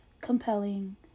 compelling